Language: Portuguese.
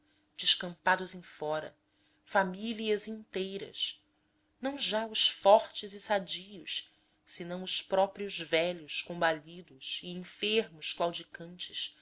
descampados em fora famílias inteiras não já os fortes e sadios senão os próprios velhos combalidos e enfermos claudicantes